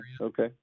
okay